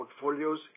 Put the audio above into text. portfolios